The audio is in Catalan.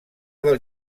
del